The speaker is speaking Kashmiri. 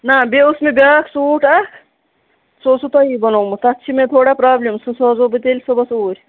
نہ بیٚیہِ اوس مےٚ بیاکھ سوٗٹ اکھ سُہ اوسوٕ تۄہی بَنومُت تَتھ چھِ مےٚ تھوڑا پرابلِم سُہ سوزو بہٕ تیٚلہِ صُبحس اوٗرۍ